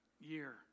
year